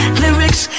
lyrics